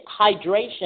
hydration